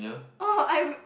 orh I've